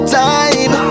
time